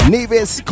Nevis